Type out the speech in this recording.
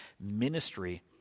ministry